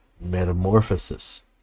metamorphosis